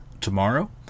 tomorrow